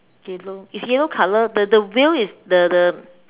yellow it's yellow color the the wheel is the the